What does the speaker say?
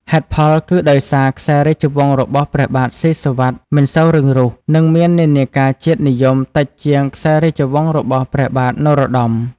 ហេតុផលគឺដោយសារខ្សែរាជវង្សរបស់ព្រះបាទស៊ីសុវត្ថិមិនសូវរឹងរូស និងមាននិន្នាការជាតិនិយមតិចជាងខ្សែរាជវង្សរបស់ព្រះបាទនរោត្តម។